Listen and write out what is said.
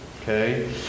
Okay